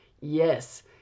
Yes